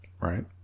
right